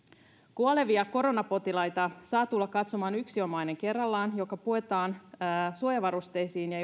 kuolevia koronapotilaita saa tulla katsomaan yksi omainen kerrallaan joka puetaan suojavarusteisiin ja